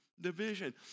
division